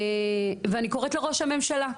ואני קוראת לראש הממשלה,